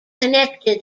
connected